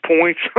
points